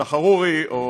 סאלח אל-עארורי או